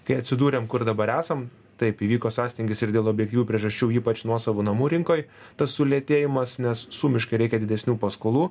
kai atsidūrėm kur dabar esam taip įvyko sąstingis ir dėl objektyvių priežasčių ypač nuosavų namų rinkoj tas sulėtėjimas nes sumiškai reikia didesnių paskolų